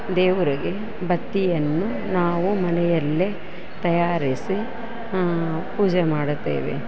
ದೇವರಿಗೆ ಬತ್ತಿಯನ್ನು ನಾವು ಮನೆಯಲ್ಲೇ ತಯಾರಿಸಿ ಪೂಜೆ ಮಾಡುತ್ತೇವೆ